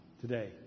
today